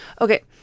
okay